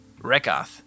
Rekath